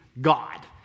God